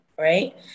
right